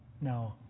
No